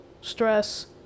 stress